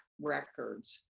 records